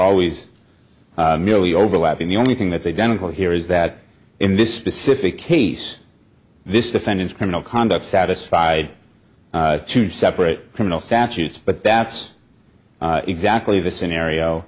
always merely overlapping the only thing that's identical here is that in this specific case this defendant's criminal conduct satisfied two separate criminal statutes but that's exactly the scenario